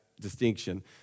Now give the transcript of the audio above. distinction